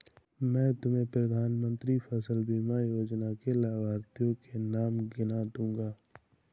मैं तुम्हें प्रधानमंत्री फसल बीमा योजना के लाभार्थियों के नाम गिना दूँगा